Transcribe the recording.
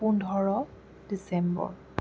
পোন্ধৰ ডিচেম্বৰ